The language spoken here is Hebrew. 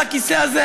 על הכיסא הזה,